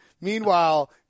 meanwhile